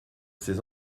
ces